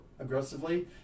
aggressively